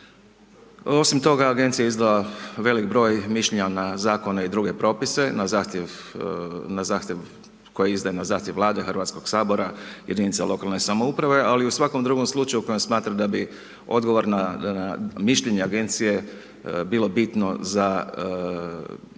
Osim toga agencija izdvaja velik broj mišljenja na zakone i druge propise, na zahtjev, koje izdaje na zahtjev Vlade Hrvatskog sabora, jedinice lokalne samouprave. Ali i u svakom drugom slučaju u kojem smatra da bi odgovorna mišljenja agencije bilo bitno za tržišno